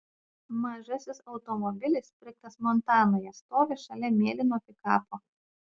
mažasis automobilis pirktas montanoje stovi šalia mėlyno pikapo